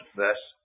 verse